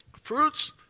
Fruits